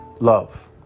Love